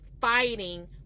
fighting